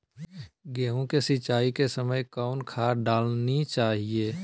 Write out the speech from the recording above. गेंहू के सिंचाई के समय कौन खाद डालनी चाइये?